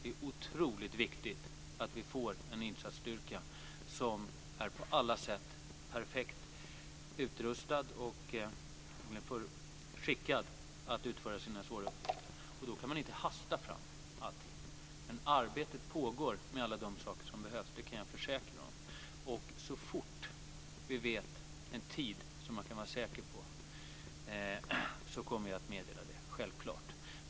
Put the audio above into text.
Det är otroligt viktigt att vi får en insatsstyrka som på alla sätt är perfekt utrustad och skickad att utföra sina svåra uppgifter. Då kan man inte hasta fram. Arbetet pågår; det kan jag försäkra er om. Så fort vi säkert vet hur lång tid det tar kommer vi att meddela det.